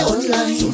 Online